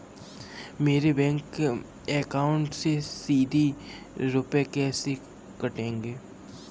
मेरे bank account से सीधे रुपए कैसे कटेंगे?